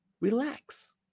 relax